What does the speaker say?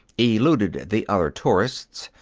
eluded the other tourists,